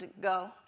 go